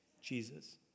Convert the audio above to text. Jesus